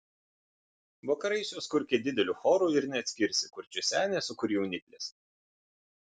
vakarais jos kurkia dideliu choru ir neatskirsi kur čia senės o kur jauniklės